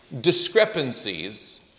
discrepancies